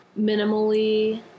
minimally